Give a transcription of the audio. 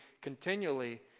continually